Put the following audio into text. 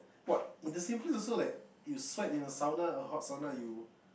what in the same place also like you sweat in a sauna or a hot sauna you